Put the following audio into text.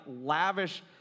lavish